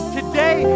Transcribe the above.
today